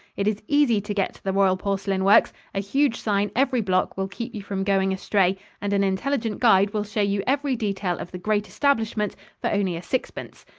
it is easy to get to the royal porcelain works a huge sign every block will keep you from going astray and an intelligent guide will show you every detail of the great establishment for only a sixpence.